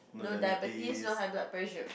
no diabetes no high blood pressure